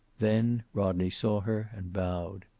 then rodney saw her, and bowed.